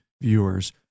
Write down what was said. viewers